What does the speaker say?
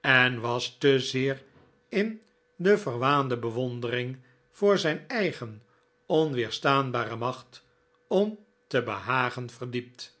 en was te zeer in de verwaande bewondering voor zijn eigen onweerstaanbare macht om te behagen verdiept